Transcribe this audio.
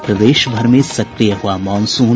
और प्रदेशभर में सक्रिय हुआ मॉनसून